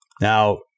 Now